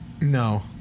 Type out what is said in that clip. No